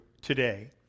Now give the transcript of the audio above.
today